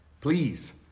Please